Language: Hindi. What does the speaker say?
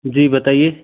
जी बताइए